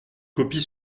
copie